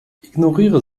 ignoriere